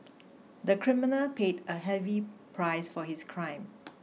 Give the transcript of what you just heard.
the criminal paid a heavy price for his crime